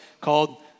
called